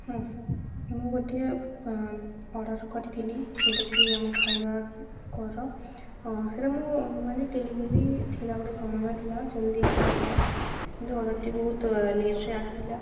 ହଁ ମୁଁ ଗୋଟିଏ ଅର୍ଡ଼ର କରିଥିଲି ଯେଉଁଟାକି ଆମ ଖାଇବା କି କର ସେଇଟା ମୋ ଅନୁମାନ ଡେଲିଭରି ଥିଲା ଗୋଟେ ସମୟ ଥିଲା ଜଲ୍ଦି ଆସିବା ପାଇଁ କିନ୍ତୁ ଅର୍ଡ଼ରଟି ବହୁତ ଲେଟ୍ରେ ଆସିଲା